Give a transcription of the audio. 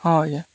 ହଁ ଆଜ୍ଞା